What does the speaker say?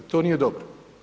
To nije dobro.